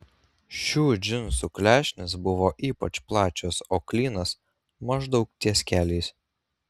šių džinsų klešnės buvo ypač plačios o klynas maždaug ties keliais